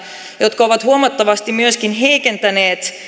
jotka ovat huomattavasti myöskin heikentäneet